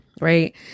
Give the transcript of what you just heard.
right